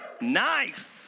Nice